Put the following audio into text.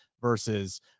versus